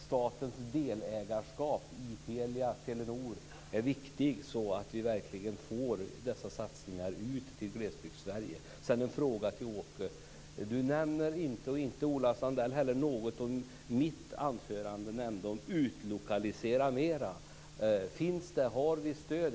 Statens delägarskap i Telia-Telenor är viktigt för att vi verkligen skall få dessa satsningar ut till Glesbygdssverige. Sedan har jag en fråga till Åke Sandström. Han nämner inte, och det gjorde inte heller Ola Sundell, något om det jag nämnde i mitt anförande om att vi skall utlokalisera mer.